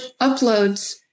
uploads